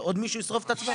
שעוד מישהו ישרוף את עצמו.